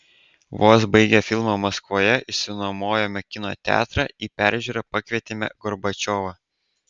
vos baigę filmą maskvoje išsinuomojome kino teatrą į peržiūrą pakvietėme gorbačiovą